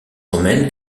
romaines